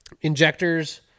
injectors